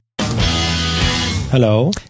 Hello